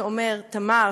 "תמר",